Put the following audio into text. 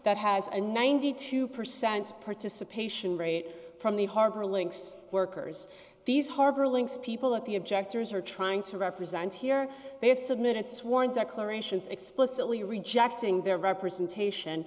that has a ninety two percent participation rate from the harbor links workers these harbor links people at the objectors are trying to represent here they have submitted sworn declarations explicitly rejecting their representation